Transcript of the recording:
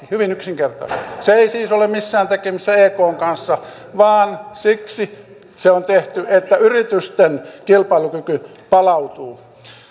hyvin yksinkertaista sillä ei siis ole mitään tekemistä ekn kanssa vaan se on tehty siksi että yritysten kilpailukyky palautuu